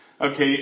Okay